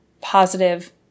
positive